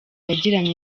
yagiranye